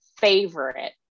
favorite